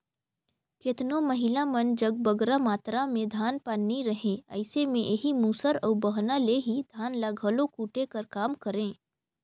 केतनो महिला मन जग बगरा मातरा में धान पान नी रहें अइसे में एही मूसर अउ बहना ले ही धान ल घलो कूटे कर काम करें